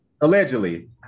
Allegedly